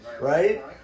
right